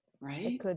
Right